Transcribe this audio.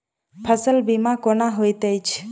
फसल बीमा कोना होइत छै?